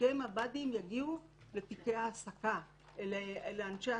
שתיקי מב"דים יגיעו לאנשי העסקה.